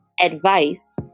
advice